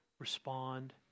respond